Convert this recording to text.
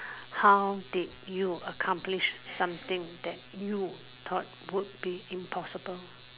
how did you accomplish something that you thought would be impossible